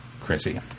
Chrissy